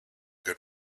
good